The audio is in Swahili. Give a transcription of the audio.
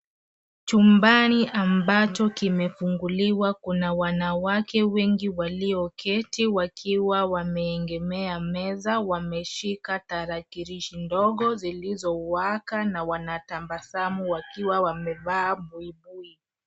Chumbani ambacho kimefunguliwa kuna wanawake wengi walioketi wakiwa wameegemea meza wameshika tarakilishi ndogo zilizowaka na wanatabasamu wakiwa wamevaa buibui.